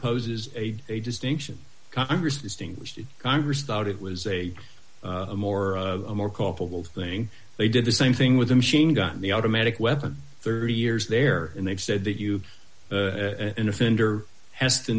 imposes a distinction congress distinguished it congress thought it was a more of a more culpable thing they did the same thing with the machine gun the automatic weapon thirty years there and they said that you as an offender has to